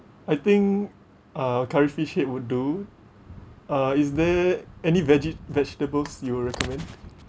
I think uh curry fish head would do uh is there any vege~ vegetables you would recommend